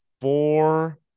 four